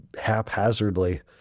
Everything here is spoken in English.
haphazardly